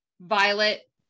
Violet